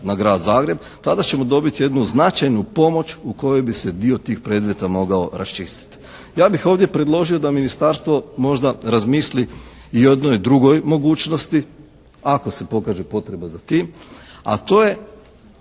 na Grad Zagreb tada ćemo dobiti jednu značajnu pomoć u kojoj bi se dio tih predmeta mogao raščistit. Ja bih ovdje predložio da ministarstvo možda razmisli i o jednoj i o drugoj mogućnosti, ako se pokaže potreba za tim, a to je